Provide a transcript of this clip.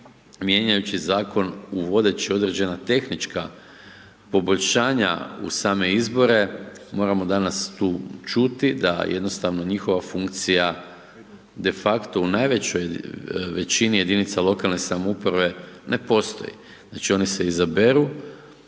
mijenjajući zakon, uvodeći određena tehnička poboljšanja u same izbore moramo danas tu čuti da jednostavno njihova funkcija, de facto u najvećoj većini jedinica lokalne samouprave ne postoji. Znači oni se izaberu